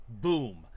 Boom